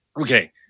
okay